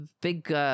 big